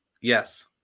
Yes